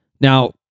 Now